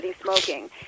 Smoking